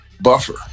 buffer